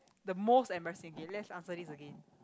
the most embarrassing K let's answer this again